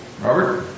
Robert